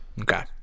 Okay